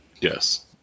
Yes